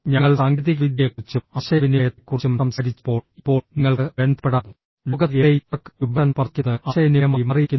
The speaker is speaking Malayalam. ഞങ്ങൾ സാങ്കേതികവിദ്യയെക്കുറിച്ചും ആശയവിനിമയത്തെക്കുറിച്ചും സംസാരിച്ചപ്പോൾ ഇപ്പോൾ നിങ്ങൾക്ക് ബന്ധപ്പെടാം ലോകത്ത് എവിടെയും ആർക്കും ഒരു ബട്ടൺ സ്പർശിക്കുന്നത് ആശയവിനിമയമായി മാറിയിരിക്കുന്നു